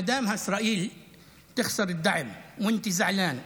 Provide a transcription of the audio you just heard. אם ישראל מפסידה את התמיכה ואתה כועס,